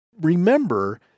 remember